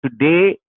Today